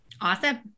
Awesome